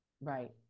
Right